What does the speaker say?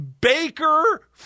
Baker